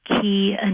key